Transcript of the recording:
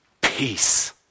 Peace